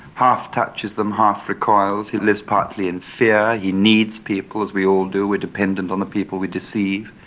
half touches them, half recoils. he lives partly in fear. he needs people, as we all do, we are dependent on the people we deceive.